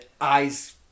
eyes